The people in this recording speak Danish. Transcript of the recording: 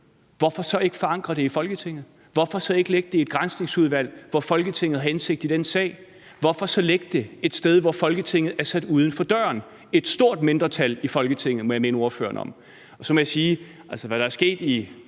hvorfor så ikke forankre det i Folketinget? Hvorfor så ikke lægge det i et Granskningsudvalg, hvor Folketinget har indsigt i den sag? Hvorfor så lægge det et sted, hvor Folketinget er sat uden for døren? Der er et stort mindretal i Folketinget, må jeg minde ordføreren om. I forhold til hvad der er sket i